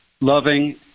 loving